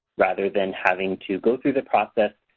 rather than having to go through the process,